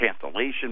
cancellation